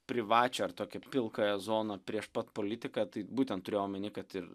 privačią ar tokią pilkąją zoną prieš pat politiką tai būtent turiu omeny kad ir